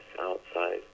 outside